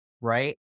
Right